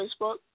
Facebook